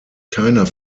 keiner